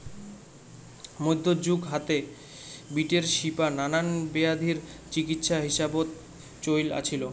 মইধ্যযুগ হাতে, বিটের শিপা নানান বেয়াধির চিকিৎসা হিসাবত চইল আছিল